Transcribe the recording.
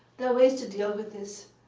there are ways to deal with this.